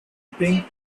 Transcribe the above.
ping